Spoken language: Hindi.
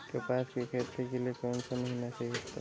कपास की खेती के लिए कौन सा महीना सही होता है?